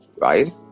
right